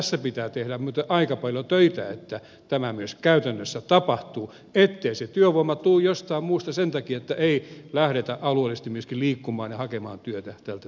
tässä pitää muuten tehdä aika paljon töitä että tämä käytännössä myös tapahtuu niin ettei se työvoima tule jostain muualta sen takia että ei lähdetä alueellisesti liikkumaan ja hakemaan työtä tältä työmaalta